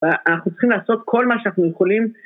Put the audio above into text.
ואנחנו צריכים לעשות כל מה שאנחנו יכולים